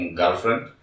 girlfriend